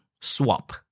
Swap